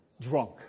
Drunk